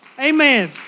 Amen